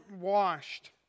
washed